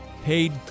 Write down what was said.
paid